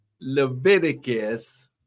Leviticus